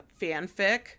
fanfic